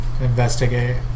investigate